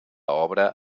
obra